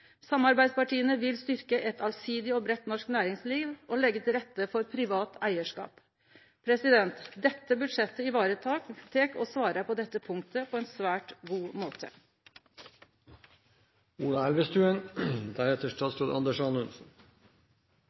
Samarbeidspartiene vil styrke et allsidig og bredt norsk næringsliv, og legge til rette for privat eierskap.» Dette budsjettet varetek og svarer på dette punktet på ein svært god måte.